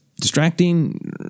distracting